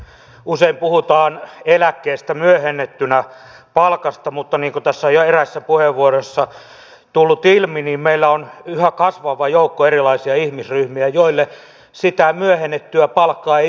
usein puhutaan eläkkeestä myöhennettynä palkkana mutta niin kuin tässä on jo eräissä puheenvuoroissa tullut ilmi niin meillä on yhä kasvava joukko erilaisia ihmisryhmiä joille sitä myöhennettyä palkkaa ei yksinkertaisesti kerry